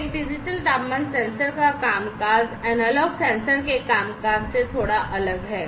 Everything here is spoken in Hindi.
एक डिजिटल तापमान सेंसर का कामकाज एनालॉग सेंसर के कामकाज से थोड़ा अलग है